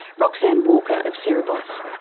roxanne walker of cerebos.